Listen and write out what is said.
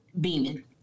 beaming